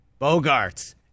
Bogarts